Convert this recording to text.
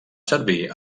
servir